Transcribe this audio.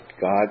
God